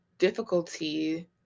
difficulty